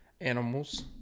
animals